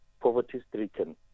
poverty-stricken